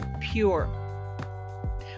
pure